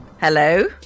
Hello